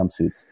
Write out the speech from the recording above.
jumpsuits